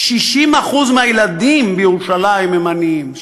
60% מהילדים בירושלים הם עניים.